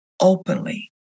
openly